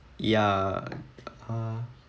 yeah uh